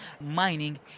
mining